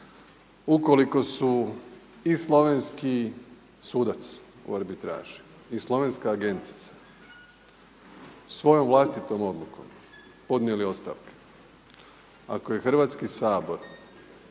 ukoliko su i slovenski sudac u arbitraži i slovenska agentica svojom vlastitom odlukom podnijeli ostavke, ako je Hrvatski sabor